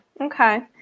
Okay